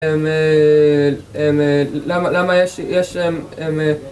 אממ... למה למה יש...